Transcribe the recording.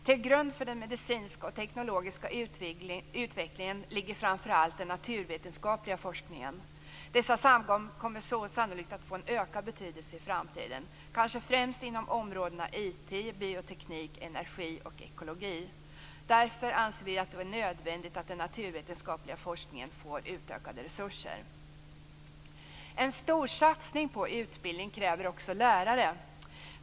Till grund för den medicinska och teknologiska utvecklingen ligger framför allt den naturvetenskapliga forskningen. Dessa samband kommer sannolikt att få en ökad betydelse i framtiden, kanske främst inom områdena IT, bioteknik, energi och ekologi. Därför anser vi att det är nödvändigt att den naturvetenskapliga forskningen får utökade resurser. En storsatsning på utbildning kräver också lärare.